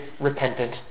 repentant